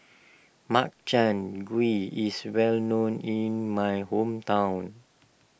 Makchang Gui is well known in my hometown